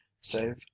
save